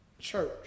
church